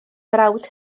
frawd